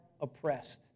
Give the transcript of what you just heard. oppressed